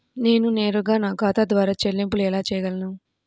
నేను నేరుగా నా ఖాతా ద్వారా చెల్లింపులు ఎలా చేయగలను?